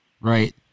Right